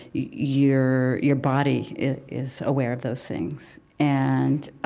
your your body is aware of those things. and